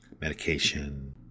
Medication